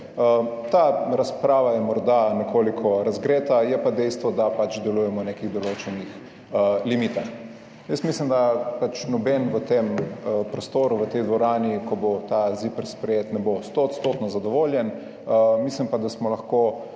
Ta razprava je morda nekoliko razgreta, je pa dejstvo, da pač delujemo v nekih določenih limitah. Jaz mislim, da noben v tem prostoru, v tej dvorani, ko bo ta ZIPRS sprejet, ne bo stoodstotno zadovoljen, mislim pa, da smo lahko